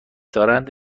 دارند